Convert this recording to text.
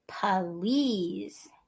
Police